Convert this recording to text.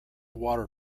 water